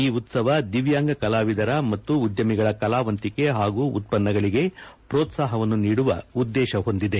ಈ ಉತ್ಸವ ದಿವ್ಯಾಂಗ ಕಲಾವಿದರ ಮತ್ತು ಉದ್ಯಮಿಗಳ ಕಲಾವಂತಿಕೆ ಹಾಗೂ ಉತ್ಪನ್ನಗಳಿಗೆ ಪ್ರೋತ್ಪಾಹವನ್ನು ನೀಡುವ ಉದ್ದೇಶ ಹೊಂದಿದೆ